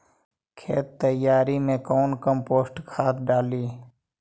खेत तैयारी मे कौन कम्पोस्ट खाद डाली?